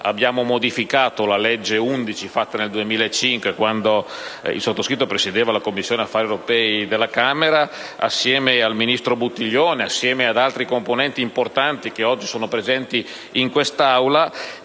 abbiamo modificato la legge n. 11, approvata nel 2005, quando il sottoscritto presiedeva la Commissione affari europei alla Camera, insieme al ministro Buttiglione e ad altri componenti importanti che oggi sono presenti in quest'Aula,